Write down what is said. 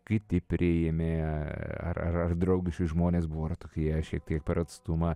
kiti priėmė ar ar draugiški žmonės buvo ar tokie šiek tiek per atstumą